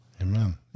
Amen